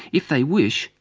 if they wish,